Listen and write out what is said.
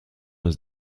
his